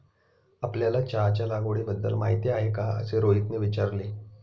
आपल्याला चहाच्या लागवडीबद्दल माहीती आहे का असे रोहितने विचारले?